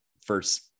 first